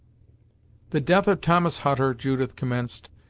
the death of thomas hutter, judith commenced,